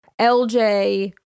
lj